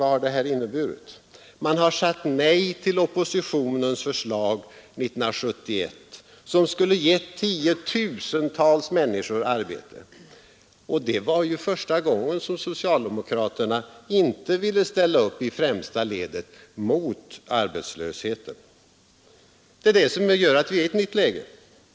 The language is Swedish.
Vad har det inneburit i handling? Man har sagt nej till oppositionens förslag 1971, som skulle ha gett tiotusentals människor arbete. Det var första gången som socialdemokraterna inte ville ställa upp i främsta ledet mot arbetslösheten. Det är det som gör att vi är i ett nytt läge.